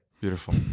beautiful